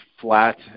flat